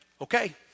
okay